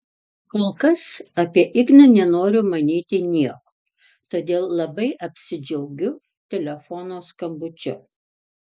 kol kas apie igną nenoriu manyti nieko todėl labai apsidžiaugiu telefono skambučiu